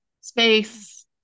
space